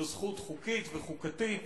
זו זכות חוקית וחוקתית